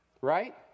right